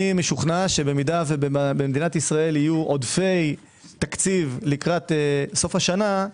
אני משוכנע שאם במדינת ישראל יהיו עודפי תקציב לקראת סוף השנה,